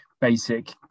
basic